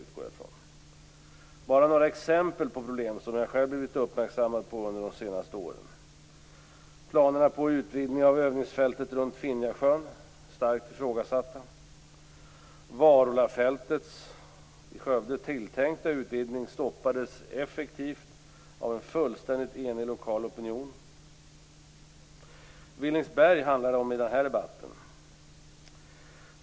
Jag skall bara ta några exempel som jag själv blivit uppmärksammad på under de senaste åren. Det gäller planerna på en utvidgning av övningsfältet runt Finjasjön. De planerna är starkt ifrågasatta. Det gäller den tilltänkta utvidgningen av Varolafältet i Skövde, som stoppades effektivt av en fullständigt enig lokal opinion. I den här debatten handlar det om Villingsberg.